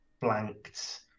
blanked